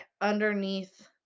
underneath